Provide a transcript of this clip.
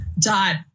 dot